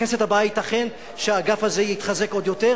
בכנסת הבאה ייתכן שהאגף הזה יתחזק עוד יותר,